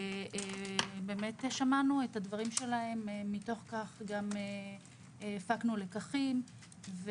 באמת שמענו את הדברים שלהם ומתוך כך גם הפקנו לקחים,